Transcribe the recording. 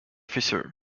officers